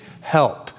help